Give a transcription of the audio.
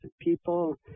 people